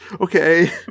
Okay